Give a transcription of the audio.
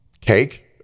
cake